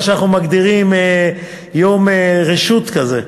אנחנו מגדירים יום רשות כזה,